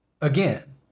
Again